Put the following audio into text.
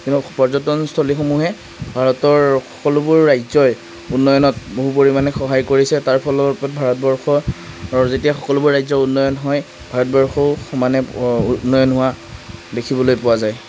কিন্তু পৰ্যটন স্থলীসমূহে ভাৰতৰ সকলোবোৰ ৰাজ্যই উন্নয়নত বহু পৰিমাণে সহায় কৰিছে তাৰ ফলৰূপত ভাৰতবৰ্ষৰ যেতিয়া সকলোবোৰ ৰাজ্য উন্নয়ন হয় ভাৰতবৰ্ষও সমানে উন্নয়ন হোৱা দেখিবলৈ পোৱা যায়